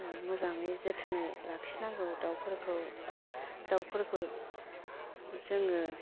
मोजांङै जोथोनै लाखि नांगौ दाउफोरखौ दाउफोरखौ जोङो